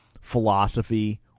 philosophy